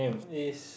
is